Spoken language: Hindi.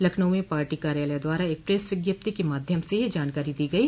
लखनऊ में पार्टी कार्यालय द्वारा एक प्रेस विज्ञप्ति के माध्यम से यह जानकारी दी गई